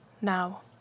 Now